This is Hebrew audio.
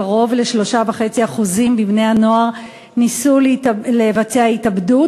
קרוב ל-3.5% מבני-הנוער ניסו לבצע התאבדות,